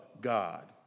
God